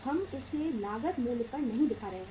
हम इसे लागत मूल्य पर नहीं दिखा रहे हैं